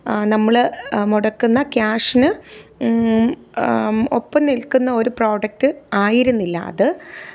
നമ്മള് മുടക്കുന്ന ക്യാഷിന് ഒപ്പം നിൽക്കുന്ന ഒരു പ്രോഡക്റ്റ് ആയിരുന്നില്ല അത്